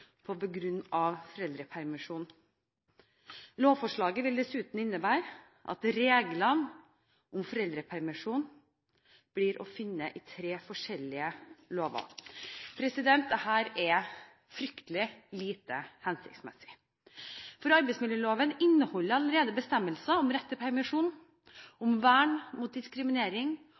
på grunn av foreldrepermisjon. Lovforslaget vil dessuten innebære at reglene om foreldrepermisjon blir å finne i tre forskjellige lover. Dette er fryktelig lite hensiktsmessig. Arbeidsmiljøloven inneholder allerede bestemmelser om rett til permisjon, om vern mot diskriminering